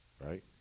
right